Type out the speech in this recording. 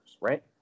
right